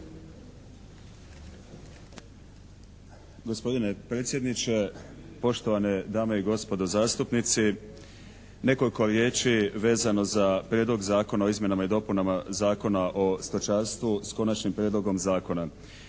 Gospodine predsjedniče, poštovane dame i gospodo zastupnici. Nekoliko riječi vezano za Prijedlog zakona o izmjenama i dopunama Zakona o stočarstvu, s Konačnim prijedlogom zakona.